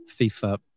FIFA